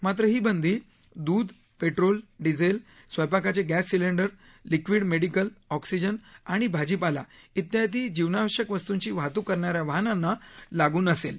मात्र ही बंदी दूध पेट्रोल डिझेल स्वयंपाकाचे gas cylinder liquid medical oxygen आणि भाजीपाला इत्यादी जीवनावश्यक वस्तूंची वाहतूक करणाऱ्या वाहनांना लागू नसेल